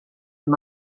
him